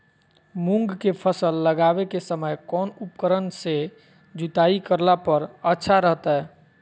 मूंग के फसल लगावे के समय कौन उपकरण से जुताई करला पर अच्छा रहतय?